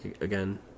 again